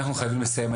אנחנו חייבים לסיים.